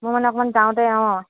মই মানে অকণমান যাওঁতে অঁ